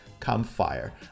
Campfire